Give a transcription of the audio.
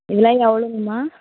விலை எவ்வளோங்மா